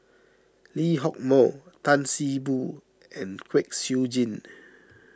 Lee Hock Moh Tan See Boo and Kwek Siew Jin